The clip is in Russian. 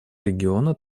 региона